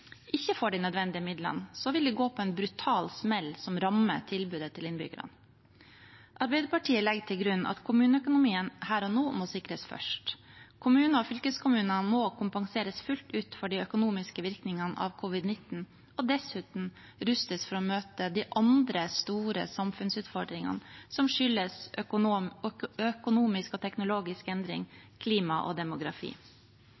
ikke får de nødvendige midlene, vil de gå på en brutal smell som rammer tilbudet til innbyggerne. Arbeiderpartiet legger til grunn at kommuneøkonomien her og nå må sikres først. Kommuner og fylkeskommuner må kompenseres fullt ut for de økonomiske virkningene av covid-19 og dessuten rustes for å møte de andre store samfunnsutfordringene som skyldes økonomisk og teknologisk